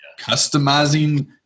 customizing